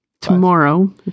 Tomorrow